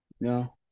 No